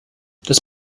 das